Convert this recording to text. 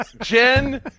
Jen